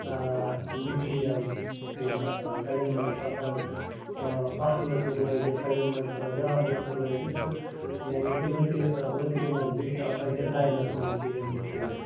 material کن آسان اَڑیٚن مَنٛز چھ آسان اکھ لٔکٕر لٲگِتھ اَڑیٚن مَنٛز چھ آسان بیاکھ لٔکٕر لٲگِتھ تہٕ یعنی کہ لٔکرِ لٔکرِ مَنٛز بیٚیہِ چھُ آسان ڈِزاینَس مَنٛز تہِ یِہ مُختَلِف